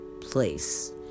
place